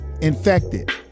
infected